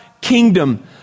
kingdom